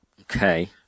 Okay